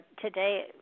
today